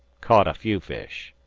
caught a few fish.